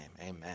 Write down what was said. amen